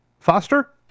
Foster